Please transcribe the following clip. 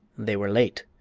they were late.